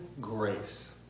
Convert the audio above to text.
grace